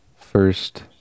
First